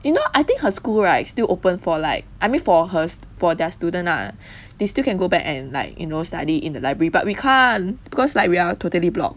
you know I think her school right still open for like I mean for hers for their student lah they still can go back and like you know study in the library but we can't because like we are totally block